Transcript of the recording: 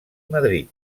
madrid